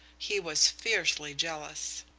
he was fiercely jealous.